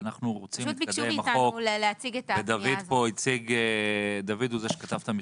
להציג את הפנייה הזו.